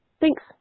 Thanks